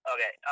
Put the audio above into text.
Okay